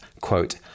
quote